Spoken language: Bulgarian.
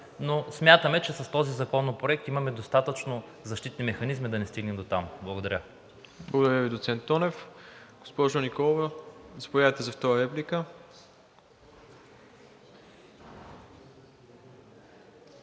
но смятаме, че с този законопроект имаме достатъчно защитни механизми да не стигнем дотам. Благодаря. ПРЕДСЕДАТЕЛ МИРОСЛАВ ИВАНОВ: Благодаря Ви, доцент Тонев. Госпожо Николова, заповядайте за втора реплика.